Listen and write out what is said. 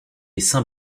saint